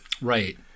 Right